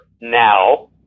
now